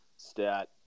stat